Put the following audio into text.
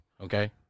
Okay